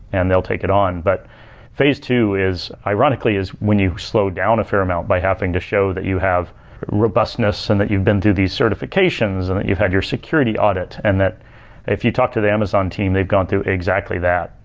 and they'll take it on. but phase two is ironically is when you slow down a fair amount by having to show that you have robustness and that you've been through the certifications and that you had your security audit, and that if you talk to the amazon team they've gone through exactly that,